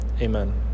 Amen